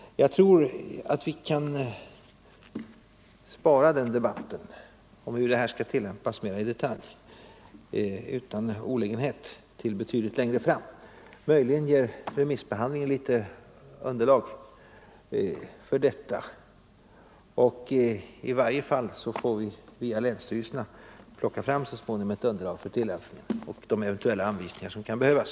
Jag tror att vi utan olägenhet kan spara den debatten - om hur reglerna skall tillämpas mer i detalj — till betydligt längre fram. Möjligen ger remissbehandlingen litet material, och i varje fall får vi via länsstyrelserna så småningom plocka fram underlag för tillämpningen och för de eventuella anvisningar som kan behövas.